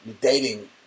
dating